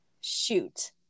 shoot